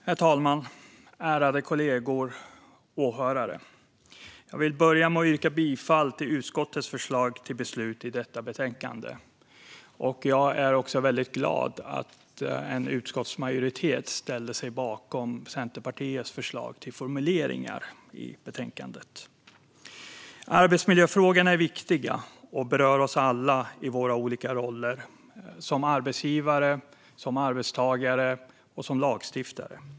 Herr talman, ärade kollegor och åhörare! Jag vill börja med att yrka bifall till utskottets förslag till beslut i detta betänkande. Jag är också väldigt glad att en utskottsmajoritet ställer sig bakom Centerpartiets förslag till formuleringar i betänkandet. Arbetsmiljöfrågorna är viktiga och berör oss alla i våra olika roller, som arbetsgivare, som arbetstagare och som lagstiftare.